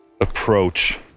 approach